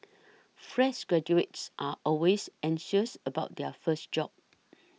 fresh graduates are always anxious about their first job